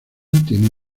tiene